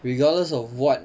regardless of what